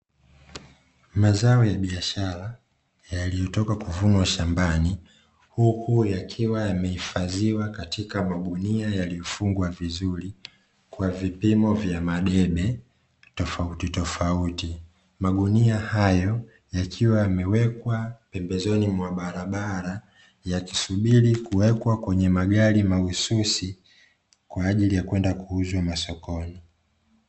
Mazao ya biashara yaliyotoka kuvunwa shambani huku yakiwa yamehifadhiwa katika magunia yaliyofungwa vizuri kwa vipimo vya madebe tofauti tofauti magunia hayo yakiwa yamewekwa pembezoni mwa barabara ya kisubiri kuwekwa kwenye magari mahususi kwa ajili ya kwenda kuuzwa masokoni.